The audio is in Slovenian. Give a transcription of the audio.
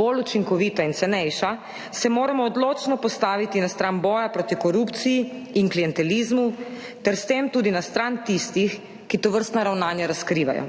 bolj učinkovita in cenejša, se moramo odločno postaviti na stran boja proti korupciji in klientelizmu ter s tem tudi na stran tistih, ki tovrstna ravnanja razkrivajo.